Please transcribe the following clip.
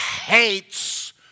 hates